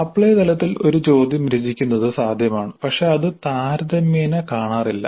apply തലത്തിൽ ഒരു ചോദ്യം രചിക്കുന്നത് സാധ്യമാണ് പക്ഷേ ഇത് താരതമ്യേന കാണാറില്ല